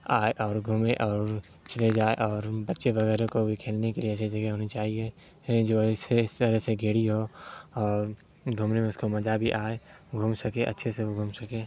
آئے اور گھومے اور چلے جائے اور بچے وغیرہ کو بھی کھیلنے کے لیے ایسے جگہ ہونی چاہیے جو ایسے اس طرح سے گھڑی ہو اور گھومنے میں اس کو مزہ بھی آئے گھوم سکے اچھے سے وہ گھوم سکے